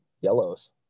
yellows